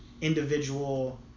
individual